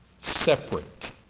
separate